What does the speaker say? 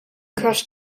crush